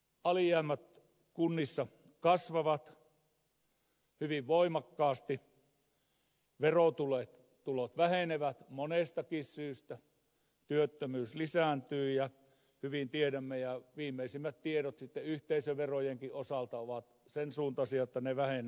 alijäämät kunnissa kasvavat hyvin voimakkaasti verotulot vähenevät monestakin syystä työttömyys lisääntyy ja hyvin tiedämme ja viimeisimmät tiedot yhteisöverojenkin osalta ovat sen suuntaisia että ne vähenevät puoleen